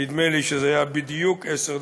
נדמה לי שזה היה בדיוק עשר דקות.